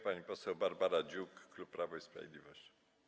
Pani poseł Barbara Dziuk, klub Prawo i Sprawiedliwość.